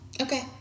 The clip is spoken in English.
Okay